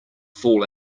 fall